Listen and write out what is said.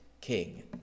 king